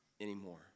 anymore